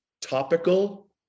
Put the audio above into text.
topical